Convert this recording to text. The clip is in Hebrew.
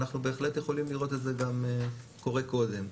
אנחנו בהחלט יכולים לראות את זה גם קורה קודם.